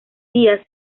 días